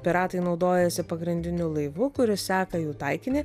piratai naudojasi pagrindiniu laivu kuris seka jų taikinį